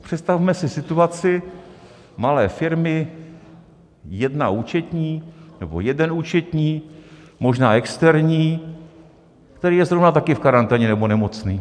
Představme si situaci malé firmy, jedna účetní nebo jeden účetní, možná externí, který je zrovna taky v karanténě nebo nemocný.